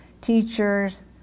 teachers